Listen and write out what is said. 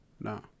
No